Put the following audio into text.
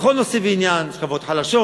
בכל נושא ועניין, שכבות חלשות.